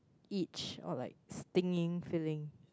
itch or like stinging feeling